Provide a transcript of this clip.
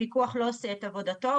הפיקוח לא עושה את עבודתו,